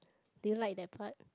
do you like that part